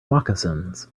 moccasins